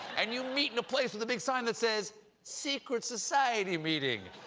and you meet in a place with a big sign that says secret society meeting,